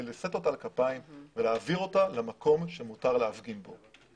לשאת אותה על כפיים ולהעביר אותה למקום שמותר להפגין בו.